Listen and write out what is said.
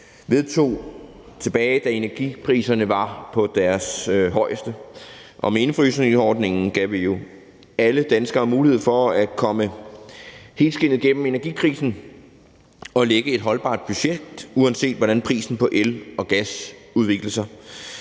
vi vedtog, da energipriserne var på deres højeste. Og med indefrysningsordningen gav vi jo alle danskere mulighed for at komme helskindet gennem energikrisen og lægge et holdbart budget, uanset hvordan prisen på el og gas udviklede sig.